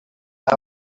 out